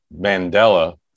Mandela